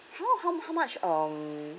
how how how much um